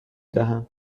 دهم